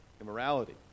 immorality